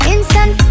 Instant